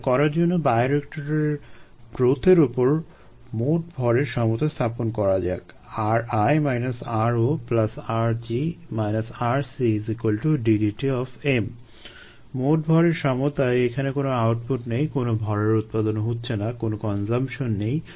এটা করা জন্য বায়োরিয়েক্টর ব্রথের উপর মোট ভরের সমতা স্থাপন করা যাক ri ro rg rc d dt মোট ভরের সমতায় এখানে কোনো আউটপুট নেই কোনো ভরের উৎপাদন হচ্ছে না কোনো কনজাম্পশন নেই